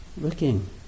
looking